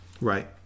Right